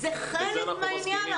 זה חלק מהעבודה.